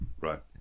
right